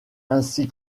ainsi